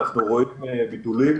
אנחנו רואים ביטולים.